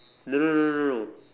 no no no no no